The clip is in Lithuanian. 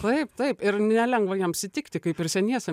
taip taip ir nelengva jiems įtikti kaip ir seniesiem